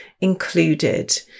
included